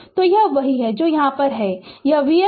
तो यह वही है जो यहाँ किया है यह vx 1515 है